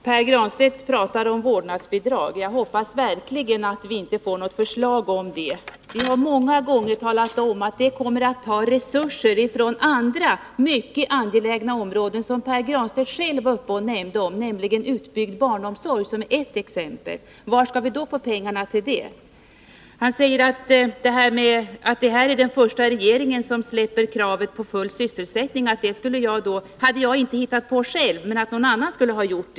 Herr talman! Pär Granstedt talar om vårdnadsbidrag. Jag hoppas verkligen att vi inte får något förslag om det. Vi har många gånger talat om att det kommer att ta resurser från andra mycket angelägna områden, som Pär Granstedt själv nämnde, bl.a. utbyggd barnomsorg. Det är ett exempel. Var skall vi då få pengarna till det? Pär Granstedt säger att jag inte själv hade hittat på att det här är den första regeringen som släpper kravet på full sysselsättning, utan det skulle någon annan ha gjort.